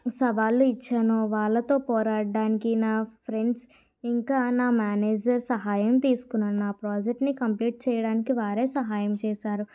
సవాళ్ళు ఇచ్చానో వాళ్ళతో పోరాడడానికి నా ఫ్రెండ్స్ ఇంకా నా మేనేజర్ సహాయం తీసుకున్నాను నా ప్రాజెక్ట్ ని కంప్లీట్ చేయడానికి వారే సహాయం చేశారు